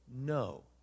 No